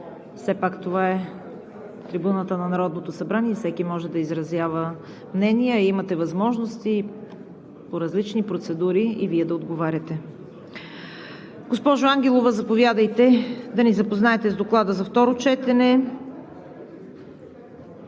все пак това е трибуната на Народното събрание и всеки може да изразява мнения. Имате възможности по различни процедури и Вие да отговаряте. Госпожо Ангелова, заповядайте да ни запознаете с Доклада за второ четене